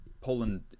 Poland